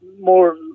more